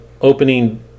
opening